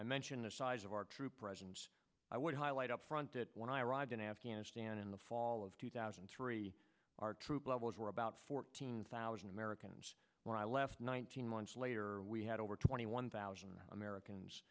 i mentioned the size of our troop presence i would highlight upfront that when i arrived in afghanistan in the fall of two thousand and three our troop levels were about fourteen thousand americans when i left nineteen months later we had over twenty one thousand americans